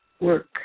work